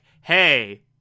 hey